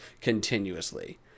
continuously